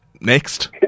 next